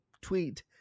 tweet